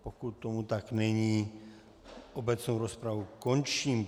Pokud tomu tak není, obecnou rozpravu končím.